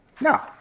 Now